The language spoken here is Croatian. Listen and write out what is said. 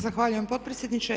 Zahvaljujem potpredsjedniče.